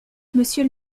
monsieur